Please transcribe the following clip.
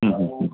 ହୁଁ ହୁଁ ହୁଁ